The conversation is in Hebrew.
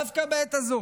דווקא בעת הזו